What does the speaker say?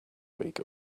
week